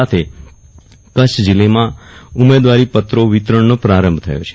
સાથે કચ્છ જિલ્લામાં ઉમેદવારીપત્રો વિતરણનો પ્રારભ થયો છે